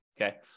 Okay